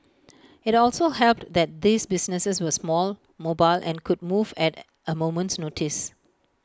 IT also helped that these businesses were small mobile and could move at A moment's notice